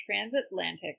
transatlantic